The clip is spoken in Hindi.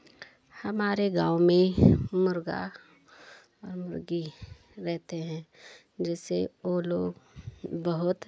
हमारे गाँव में मुर्गा मुर्गी रहते हैं जिससे वे लोग बहुत